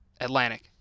Atlantic